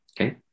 Okay